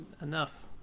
enough